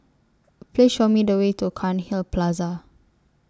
Please Show Me The Way to Cairnhill Plaza